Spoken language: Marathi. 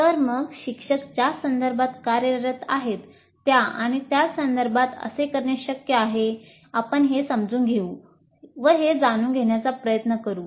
तर मग शिक्षक ज्या संदर्भात कार्यरत आहेत त्या आणि त्याच संदर्भात असे करणे शक्य आहे आपण हे समजून व जाणून घेण्याचा प्रयत्न करू